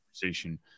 conversation